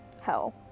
hell